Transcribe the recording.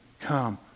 come